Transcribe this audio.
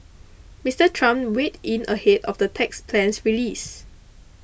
Mr Trump weed in ahead of the tax plan's release